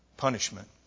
punishment